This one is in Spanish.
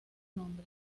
nombre